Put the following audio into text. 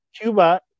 Cuba